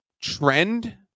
trend